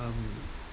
um